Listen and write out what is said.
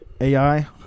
AI